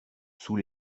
sous